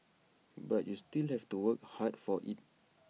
but you still have to work hard for IT